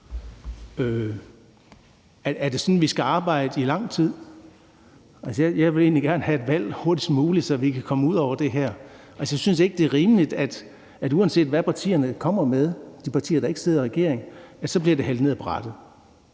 Er det sådan, vi skal arbejde i lang tid? Jeg vil egentlig gerne have et valg hurtigst muligt, så vi kan komme ud over det her. Jeg synes ikke, at det er rimeligt, at uanset hvad de partier, der ikke sidder i regering, kommer med, bliver det hældt ned af brættet.